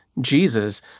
Jesus